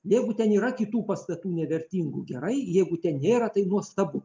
jeigu ten yra kitų pastatų nevertingų gerai jeigu ten nėra tai nuostabu